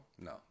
No